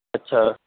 اچھا